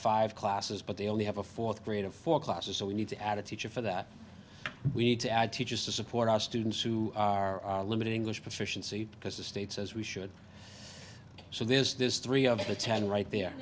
five classes but they only have a fourth grade of four classes so we need to add a teacher for that we need to add teachers to support our students who are limited english proficiency because the state says we should so there is this three of the ten right there